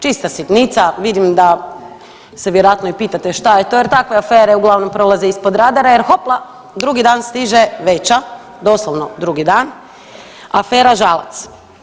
Čista sitnica, vidim da se vjerojatno i pitate što je to jer takve afere uglavnom prolaze ispod radara jer hopla drugi dan stiže veća, doslovno drugi dan, afera Žalac.